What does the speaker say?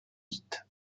dite